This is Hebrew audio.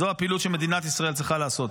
זו הפעילות שמדינת ישראל צריכה לעשות.